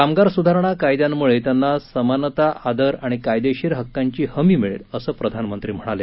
कामगार सुधारणा कायद्यांमुळे त्यांना समानता आदर आणि कायदेशीर हक्कांची हमी मिळेल असं प्रधानमंत्री म्हणाले